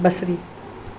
बसरी